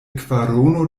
kvarono